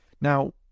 Now